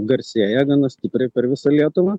garsėja gana stipriai per visą lietuvą